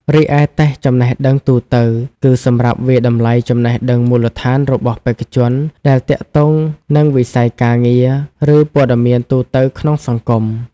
រីឯតេស្តចំណេះដឹងទូទៅ គឺសម្រាប់វាយតម្លៃចំណេះដឹងមូលដ្ឋានរបស់បេក្ខជនដែលទាក់ទងនឹងវិស័យការងារ ឬព័ត៌មានទូទៅក្នុងសង្គម។